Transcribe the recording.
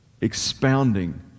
expounding